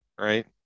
right